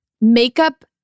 makeup